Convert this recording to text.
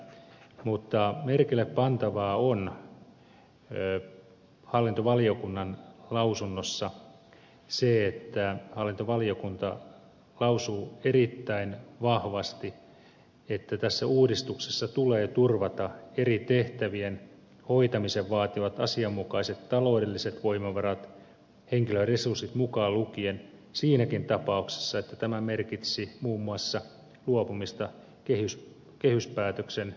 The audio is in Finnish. mutta merkillepantavaa on hallintovaliokunnan lausunnossa se että hallintovaliokunta lausuu erittäin vahvasti että tässä uudistuksessa tulee turvata eri tehtävien hoitamisen vaatimat asianmukaiset taloudelliset voimavarat henkilöresurssit mukaan lukien siinäkin tapauksessa että tämä merkitsisi muun muassa luopumista kehyspäätöksen henkilötyövuositavoitteista